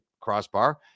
crossbar